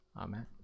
Amen